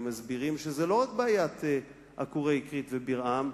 הם מסבירים שזאת לא רק בעיית עקורי אקרית ובירעם,